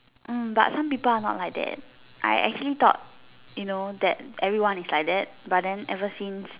mm but some people are not like that I actually thought you know that everyone is like that but ever since